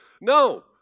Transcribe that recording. No